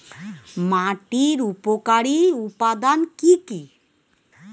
মাটির উপকারী উপাদান কি কি?